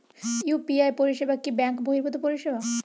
UPI পরিসেবা কি bank বর্হিভুত পরিসেবা?